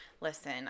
listen